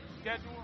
schedule